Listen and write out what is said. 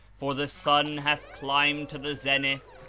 for the sun has climbed to the zenith,